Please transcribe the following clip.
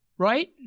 Right